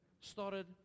started